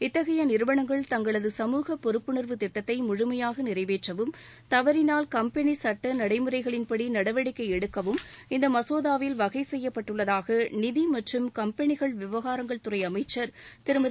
இத்தகையநிறுவனங்கள் தங்களது சமூக பொறுப்புணர்வு திட்டத்தைமுழுமையாகநிறைவேற்றவும் தவறினால் கம்பெனிசட்டநடைமுறைகளின்படிநடவடிக்கைஎடுக்கவும் இந்தமசோதாவில் வகைசெய்யப்பட்டுள்ளதாகநிதிமற்றும் கம்பெனிகள் விவகாரங்கள் துறைஅமைச்சர் திருமதி